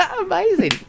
amazing